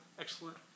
excellent